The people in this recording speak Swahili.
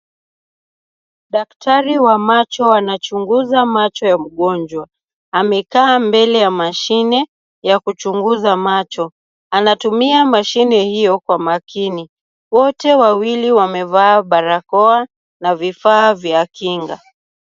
Daktari wa macho anachunguza macho ya mgonjwa, amekaa mbele ya mashine ya kuchunguza macho, anatumia mashine hiyo kwa makini. Wote wawili wamevaa barakoa na vifaa vya kinga.